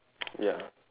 ya